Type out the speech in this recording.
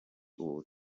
ubu